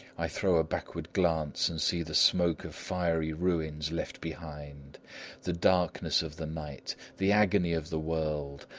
i throw a backward glance, and see the smoke of fiery ruins left behind the darkness of the night the agony of the world.